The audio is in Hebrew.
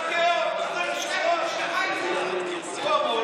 חס וחלילה, פעם יקרה שלא.